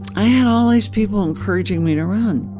i had all these people encouraging me to run.